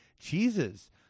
cheeses